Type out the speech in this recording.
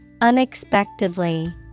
Unexpectedly